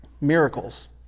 miracles